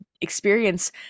experience